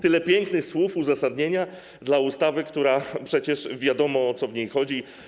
Tyle pięknych słów uzasadnienia ustawy, co do której przecież wiadomo, o co w niej chodzi.